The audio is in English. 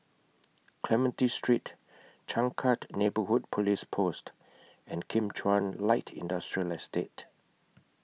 Clementi Street Changkat Neighbourhood Police Post and Kim Chuan Light Industrial Estate